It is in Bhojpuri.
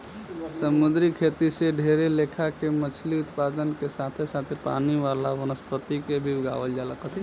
समुंद्री खेती से ढेरे लेखा के मछली उत्पादन के साथे साथे पानी वाला वनस्पति के भी उगावल जाला